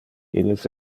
illes